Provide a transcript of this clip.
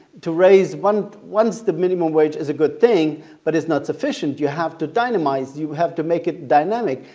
to raise once once the minimum wage is a good thing but is not sufficient. you have to dynamize, you have to make it dynamic,